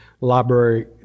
library